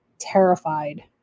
terrified